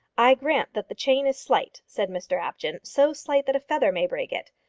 i grant that the chain is slight, said mr apjohn, so slight that a feather may break it.